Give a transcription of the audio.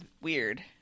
weird